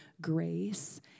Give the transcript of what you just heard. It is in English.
grace